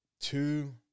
two